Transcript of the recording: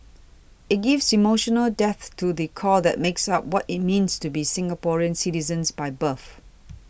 it gives emotional depth to the core that makes up what it means to be Singaporean citizens by birth